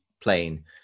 plane